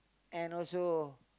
and also